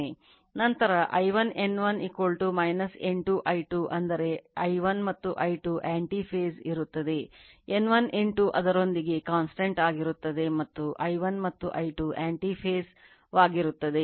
ಅಂದರೆ I1 N1 N2 I2 ಅಂದರೆ I1 ಮತ್ತು I2 anti phase ವಾಗಿರುತ್ತದೆ